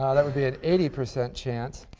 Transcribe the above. ah that would be an eighty percent chance